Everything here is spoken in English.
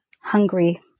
hungry